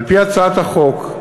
על-פי הצעת החוק,